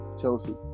Chelsea